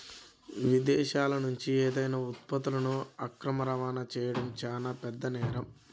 విదేశాలనుంచి ఏవైనా ఉత్పత్తులను అక్రమ రవాణా చెయ్యడం చానా పెద్ద నేరం